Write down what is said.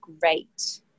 great